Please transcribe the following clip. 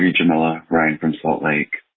jameela. ryan from salt lake